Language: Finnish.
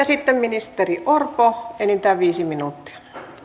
sitten ministeri orpo enintään viisi minuuttia